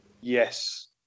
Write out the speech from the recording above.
Yes